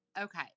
okay